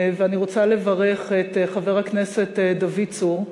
ואני רוצה לברך את חבר הכנסת דוד צור.